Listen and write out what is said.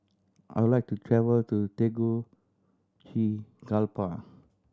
I would like to travel to Tegucigalpa